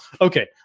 Okay